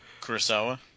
Kurosawa